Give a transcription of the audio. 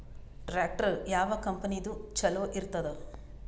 Tractor ಯಾವ ಕಂಪನಿದು ಚಲೋ ಇರತದ?